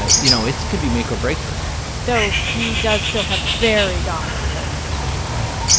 ah you know, it could be make or break for him though, he does still have very dominant poll numbers, we should point out